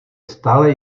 stále